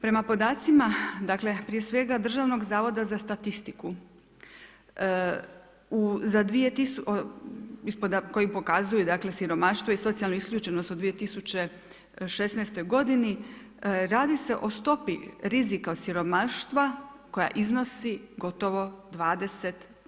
Prema podacima, dakle prije svega Državnog zavoda za statistiku, koji pokazuju siromaštvo i socijalnu isključenost u 2016. godini, radi se o stopi rizika od siromaštva koja iznosi gotovo 20%